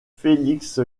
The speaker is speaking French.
felix